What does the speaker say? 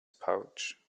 pouch